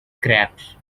grapes